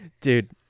Dude